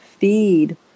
feed